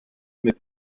mit